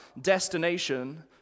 destination